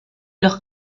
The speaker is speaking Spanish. los